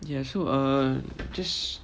ya so err just